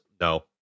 no